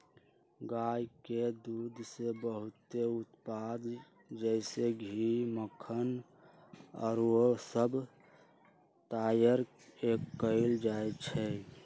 गाय के दूध से बहुते उत्पाद जइसे घीउ, मक्खन आउरो सभ तइयार कएल जाइ छइ